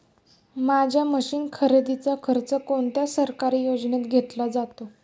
माझ्या मशीन खरेदीचा खर्च कोणत्या सरकारी योजनेत घेतला जातो?